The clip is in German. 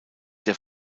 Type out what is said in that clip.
der